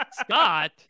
Scott